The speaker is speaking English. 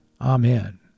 Amen